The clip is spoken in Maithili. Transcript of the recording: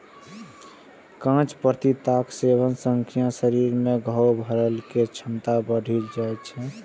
कांच पपीताक सेवन सं शरीर मे घाव भरै के क्षमता बढ़ि जाइ छै